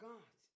God